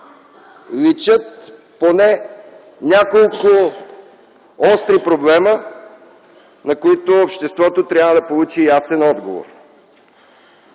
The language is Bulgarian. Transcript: личат няколко остри проблема, на които обществото трябва да получи ясен отговор.